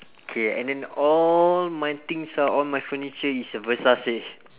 K and then all my things ah all my furniture is uh versace